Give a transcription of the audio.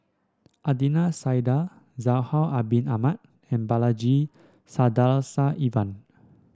Adnan Saidi Zainal Abidin Ahmad and Balaji Sadasivan